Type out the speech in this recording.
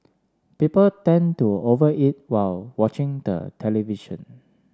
people tend to over eat while watching the television